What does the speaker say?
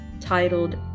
titled